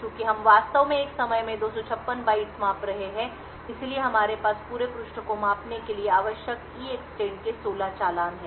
चूंकि हम वास्तव में एक समय में 256 बाइट्स माप रहे हैं इसलिए हमारे पास पूरे पृष्ठ को मापने के लिए आवश्यक EEXTEND के 16 चालान हैं